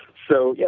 so, yeah